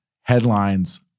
Headlines